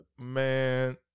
man